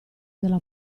della